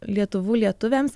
lietuvų lietuviams